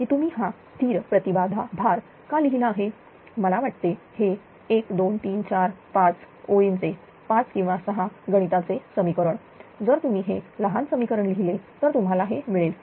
की तुम्ही हा स्थिर प्रति बाधा भार का लिहिला आहे मला वाटते हे 1 2 3 4 5 ओळींचे 5 किंवा 6 गणिताचे समीकरण जर तुम्ही हे लहान समीकरण लिहिले तर तुम्हाला हे मिळेल